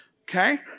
Okay